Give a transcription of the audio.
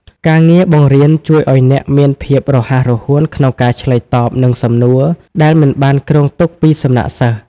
ការងារបង្រៀនជួយឱ្យអ្នកមានភាពរហ័សរហួនក្នុងការឆ្លើយតបនឹងសំណួរដែលមិនបានគ្រោងទុកពីសំណាក់សិស្ស។